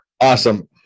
Awesome